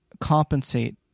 compensate